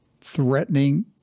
threatening